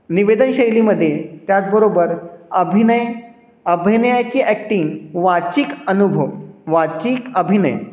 निवेदनशैलीमध्ये त्याचबरोबर अभिनय अभिनयाची ॲक्टिंग वाचिक अनुभव वाचिक अभिनय